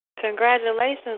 Congratulations